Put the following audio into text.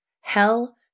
Hell